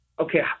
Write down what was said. okay